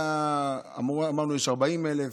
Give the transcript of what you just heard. אמרנו שיש 40,000,